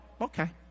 okay